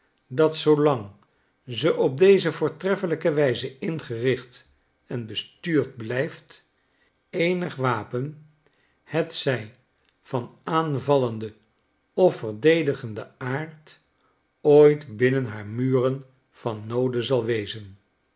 dat zoolang ze op dezelfde voortreffelijke wijze ingericht en bestuurd blijft eenig wapen hetzlj van aanvallenden of verdedigenden aard ooit binnen haar muren van noode zal wezen